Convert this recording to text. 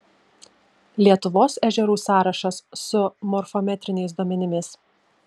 lietuvos ežerų sąrašas su morfometriniais duomenimis